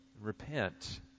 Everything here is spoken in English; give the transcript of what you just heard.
repent